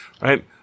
right